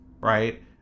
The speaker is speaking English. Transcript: right